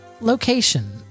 location